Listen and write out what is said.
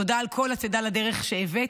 תודה על כל הצידה לדרך שהבאת,